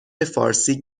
فارسی